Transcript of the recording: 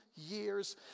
years